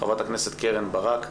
חברת הכנסת קרן ברק,